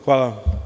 Hvala.